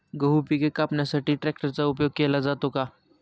गहू पिके कापण्यासाठी ट्रॅक्टरचा उपयोग केला जातो का?